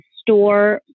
store